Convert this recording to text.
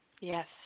yes